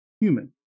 human